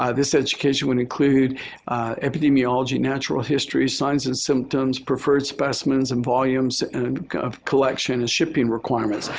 ah this education would include epidemiology, natural history, signs and symptoms, preferred specimens and volumes and collection and shipping requirements.